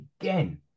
Again